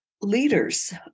leaders